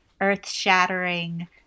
earth-shattering